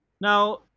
Now